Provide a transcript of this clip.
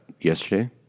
yesterday